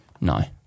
No